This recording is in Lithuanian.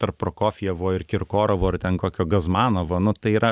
tarp prokofjevo ir kirkorovo ar ten kokio gazmanovo nu tai yra